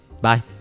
Bye